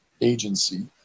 agency